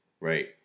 right